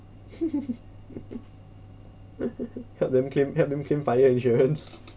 help them claim help them claim fire insurance